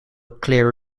clearer